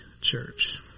church